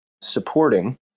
supporting